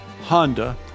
Honda